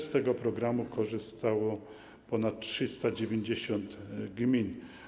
Z tego programu korzystało ponad 390 gmin.